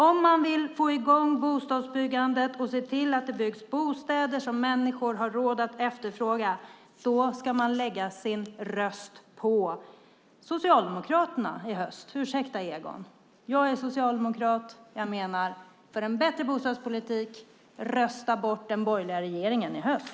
Om man vill få i gång bostadsbyggandet och se till att det blir bostäder som människor har råd att efterfråga ska man lägga sin röst på Socialdemokraterna i höst. Ursäkta, Egon! Jag är socialdemokrat, och jag menar: För en bättre bostadspolitik, rösta bort den borgerliga regeringen i höst!